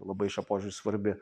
labai šiuo požiūriu svarbi